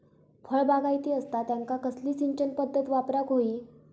फळबागायती असता त्यांका कसली सिंचन पदधत वापराक होई?